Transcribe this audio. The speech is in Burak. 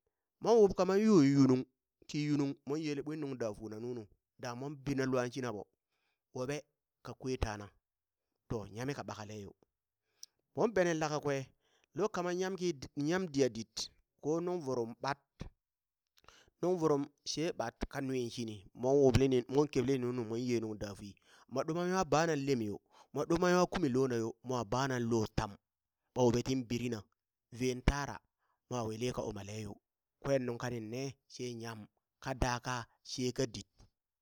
Moŋ wub kaman yo yunung ki yunung mon yele ɓwin nung dafuna nunu dangha mon bina luaŋ shina ɓo woɓe ka kwe tana to nyami ka ɓakaleyo, moŋ bene lakakwe nu kaman kidi yam diya dit ko nung vurum ɓat nung vurum she ɓat ka nwi shini mon wublini mon kebleni nunu moŋ ye nung daa fui mo duma nwa bana lem yo, mo duma nwa kumi lonayo mwa banaŋ lo tam ɓa woɓe tin birina ven tara mwa wili ka umaleyo, kwen nung kaning ne she nyam ka da kaa she ka dit.